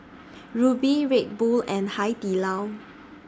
Rubi Red Bull and Hai Di Lao